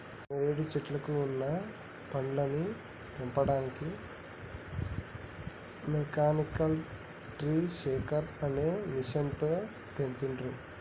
నేరేడు శెట్లకు వున్న పండ్లని తెంపడానికి మెకానికల్ ట్రీ షేకర్ అనే మెషిన్ తో తెంపిండ్రు